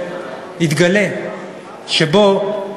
זה ביטחון?